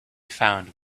found